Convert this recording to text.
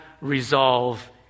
resolve